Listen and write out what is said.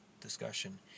discussion